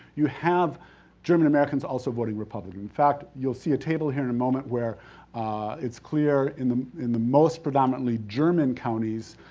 you have german americans also voting republican. in fact, you'll see a table here in a moment where it's clear in the in the most predominantly german counties,